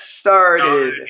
started